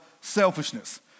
selfishness